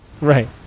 Right